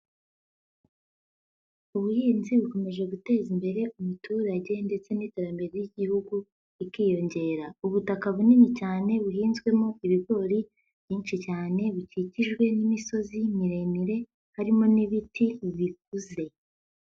Ubuhinzi bukomeje guteza imbere umuturage ndetse n'iterambere ry'igihugu rikiyongera, ubutaka bunini cyane buhinzwemo ibigori byinshi cyane, bikikijwe n'imisozi miremire harimo n'ibiti bikuze.